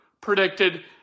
predicted